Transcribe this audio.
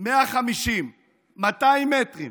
200 מטרים